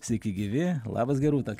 sveiki gyvi labas gerūta